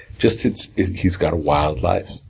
just, he's got a wild life.